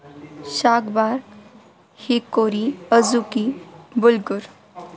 shagbark hickory अजोकी bulgur